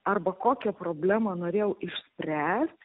arba kokią problemą norėjau išspręst